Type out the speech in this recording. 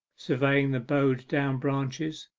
surveying the bowed-down branches,